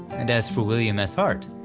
and as for william s hart,